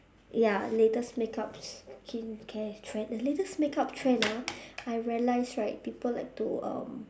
ya latest makeup skincare trend the latest makeup trend ah I realise right people like to um